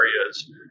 areas